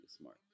smart